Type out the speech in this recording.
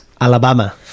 Alabama